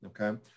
Okay